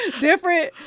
different